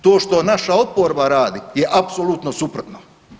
To što naša oporba radi je apsolutno suprotno.